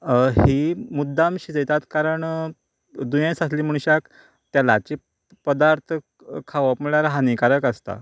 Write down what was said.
ही मुद्दाम शिजयतात कारण दुयेंस आसले मनशाक तेलाचे पदार्थ खावप म्हळ्यार हानीकारक आसतात